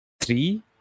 three